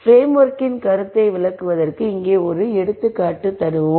பிரேம்ஓர்க்கின் கருத்தை விளக்குவதற்கு இங்கே ஒரு எடுத்துக்காட்டு தருகிறோம்